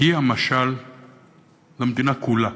היא המשל למדינה כולה,